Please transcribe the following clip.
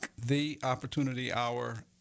theopportunityhour